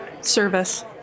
service